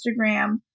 Instagram